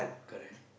correct